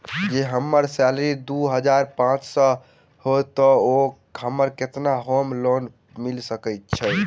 जँ हम्मर सैलरी दु हजार पांच सै हएत तऽ हमरा केतना होम लोन मिल सकै है?